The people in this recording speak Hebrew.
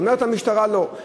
אומרת המשטרה: לא,